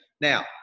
Now